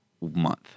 month